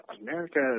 America